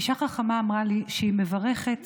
אישה חכמה אמרה לי שהיא מברכת